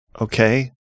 Okay